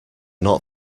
not